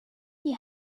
you